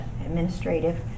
administrative